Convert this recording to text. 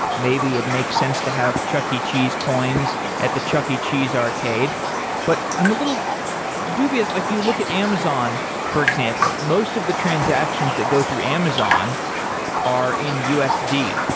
maybe it makes sense to have chuck e. cheese coins at the chuck e. cheese arcade but i'm a little dubious, like you look at amazon for example, most of the transactions that go through amazon are in usd.